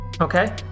Okay